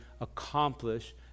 accomplish